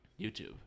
YouTube